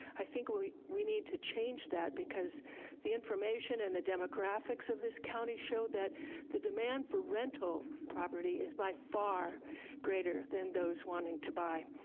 i think we we need to change that, because the information and the demographics of this county show that the demand for rental property is by far greater than those wanting to buy.